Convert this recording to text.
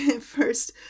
first